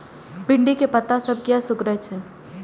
भिंडी के पत्ता सब किया सुकूरे छे?